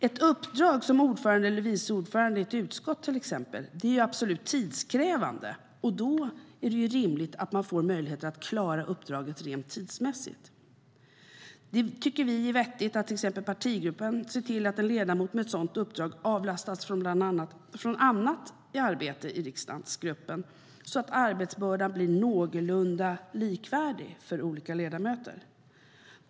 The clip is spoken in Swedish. Ett uppdrag som ordförande eller vice ordförande i ett utskott är dock absolut tidskrävande, och då är det rimligt att man får möjlighet att klara uppdraget rent tidsmässigt. Vi tycker att det är vettigt att till exempel partigruppen ser till att en ledamot med ett sådant uppdrag avlastas från annat arbete i riksdagsgruppen så att arbetsbördan blir någorlunda likvärdig för olika ledamöter.